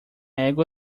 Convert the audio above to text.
égua